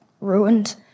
ruined